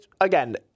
again